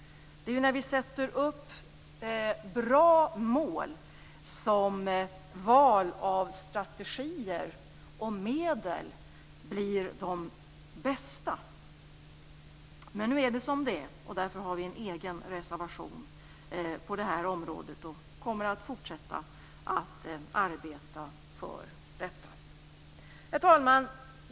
Det är när vi sätter upp bra mål som val av strategier och medel blir de bästa. Men nu är det som det är, och därför har vi avgett en egen reservation, och vi kommer att fortsätta att arbeta för detta. Herr talman!